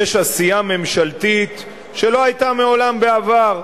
יש עשייה ממשלתית שלא היתה מעולם בעבר,